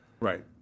Right